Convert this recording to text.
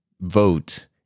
vote